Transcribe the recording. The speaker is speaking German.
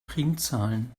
primzahlen